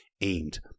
aimed